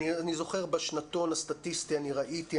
אני זוכר בשנתון הסטטיסטי אני ראיתי,